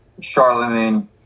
Charlemagne